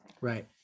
Right